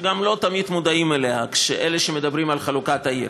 שלא תמיד מודעים אליה אלה שמדברים על חלוקת העיר.